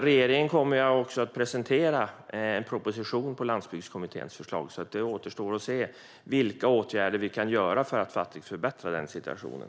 Regeringen kommer att presentera en proposition utifrån Landsbygdskommitténs förslag, och det återstår att se vilka åtgärder vi kan vidta för att förbättra situationen.